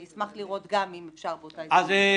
אני אשמח לראות גם, אם אפשר, באותה הזדמנות.